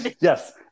Yes